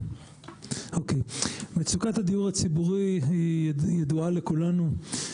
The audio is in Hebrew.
מצוקת הדיור הציבורי ידועה לכולנו.